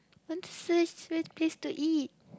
what's the place to eat